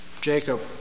Jacob